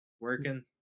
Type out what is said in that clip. Working